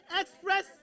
express